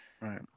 right